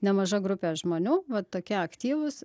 nemaža grupė žmonių va tokie aktyvūs